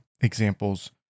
examples